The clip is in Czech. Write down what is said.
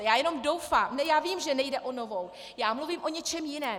Já jenom doufám Ne, já vím, že nejde o novou, já mluvím o něčem jiném.